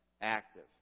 active